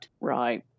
Right